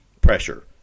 pressure